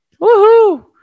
Woohoo